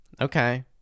okay